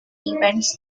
events